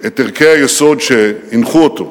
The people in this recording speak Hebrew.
את ערכי היסוד שהנחו אותו,